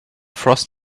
frost